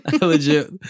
legit